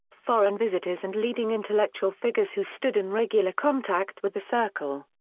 foreign visitors and leading intellectual figures who stood in regular contact with the circle.